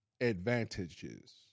advantages